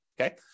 okay